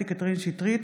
קטי קטרין שטרית,